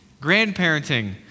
grandparenting